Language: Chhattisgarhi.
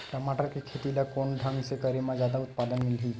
टमाटर के खेती ला कोन ढंग से करे म जादा उत्पादन मिलही?